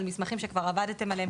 על מסמכים שכבר עבדתם עליהם,